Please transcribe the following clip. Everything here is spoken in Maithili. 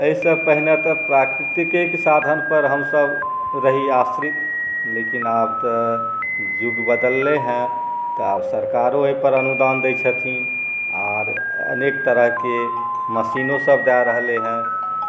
एहिसँ पहिने तऽ प्राकृतिकेके साधनपर हमसब रही आश्रित लेकिन आब तऽ युग बदललै हँ तऽ आब सरकारो एहिपर अनुदान दै छथिन आओर अनेक तरहके मशीनोसब दऽ रहलै हँ